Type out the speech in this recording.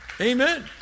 Amen